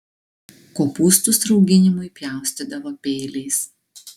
kopūstus rauginimui pjaustydavo peiliais